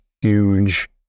huge